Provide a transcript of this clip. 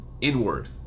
inward